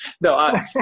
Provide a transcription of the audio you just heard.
No